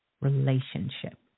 relationship